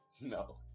No